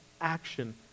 action